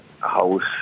house